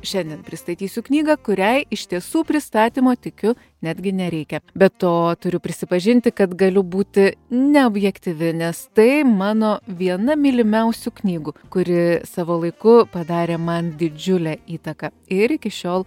šiandien pristatysiu knygą kuriai iš tiesų pristatymo tikiu netgi nereikia be to turiu prisipažinti kad galiu būti neobjektyvi nes tai mano viena mylimiausių knygų kuri savo laiku padarė man didžiulę įtaką ir iki šiol